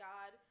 God